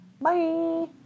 bye